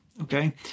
okay